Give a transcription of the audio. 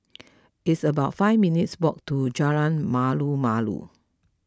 it's about five minutes' walk to Jalan Malu Malu